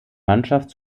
mannschaft